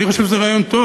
אני חושב שזה רעיון טוב,